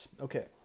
Okay